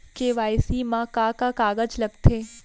KYC मा का का कागज लगथे?